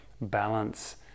balance